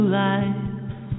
life